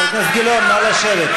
חבר הכנסת גילאון, נא לשבת.